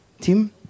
team